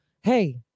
hey